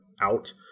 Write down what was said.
out